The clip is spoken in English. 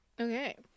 Okay